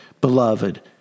Beloved